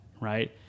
Right